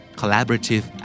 collaborative